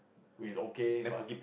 which is okay but